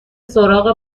سراغ